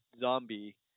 zombie